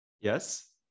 Yes